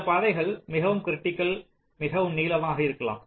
சில பாதைகள் மிகவும் கிரிட்டிகள் மிகவும் நீளமாக இருக்கலாம்